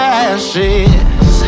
ashes